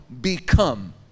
become